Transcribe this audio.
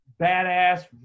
Badass